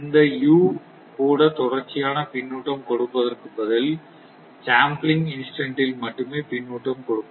இந்த u கூட தொடர்ச்சியான பின்னூட்டம் கொடுப்பதற்கு பதில் சாம்ப்ளிங் இன்ஸ்டன்ட் ல் மட்டுமே பின்னூட்டம் கொடுக்கும்